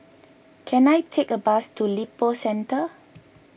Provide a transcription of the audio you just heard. can I take a bus to Lippo Centre